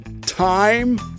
time